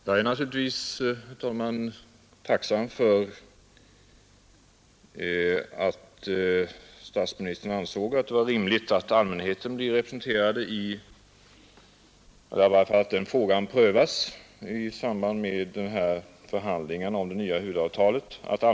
Herr talman! Jag är tacksam för att statsministern ansåg det vara rimligt att frågan om allmänhetens representation i statstjänstenämnden prövas i samband med förhandlingarna om det nya huvudavtalet.